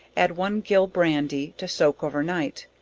add one gill brandy, to soak over night,